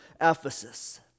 Ephesus